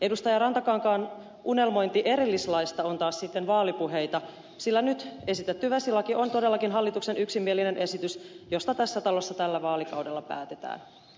rantakankaan unelmointi erillislaista on taas sitten vaalipuheita sillä nyt esitetty vesilaki on todellakin hallituksen yksimielinen esitys josta tässä talossa tällä vaalikaudella päätetään